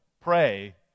pray